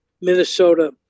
Minnesota